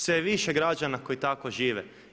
Sve je više građana koji tako žive.